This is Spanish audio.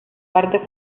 parte